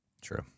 True